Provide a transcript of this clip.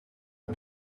die